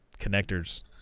connectors